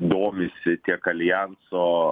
domisi tiek aljanso